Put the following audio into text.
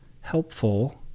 helpful